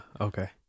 okay